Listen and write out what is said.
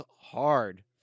hard